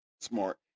smart